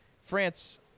France